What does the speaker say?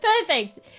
Perfect